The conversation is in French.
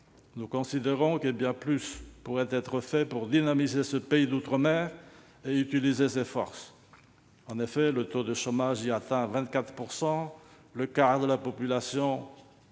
Nous considérons que l'on pourrait faire bien plus pour dynamiser ce pays d'outre-mer et utiliser ses forces. En effet, le taux de chômage y atteint 24 % et le quart de la population au